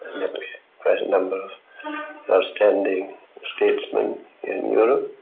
quite a number of outstanding statesmen in europe